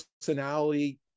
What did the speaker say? personality